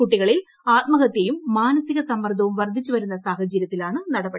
കുട്ടികളിൽ ആത്മഹത്യയും മാനസിക സമ്മർദ്ദവും വർധിച്ചുവരുന്ന സാഹചര്യത്തിലാണ് നടപടി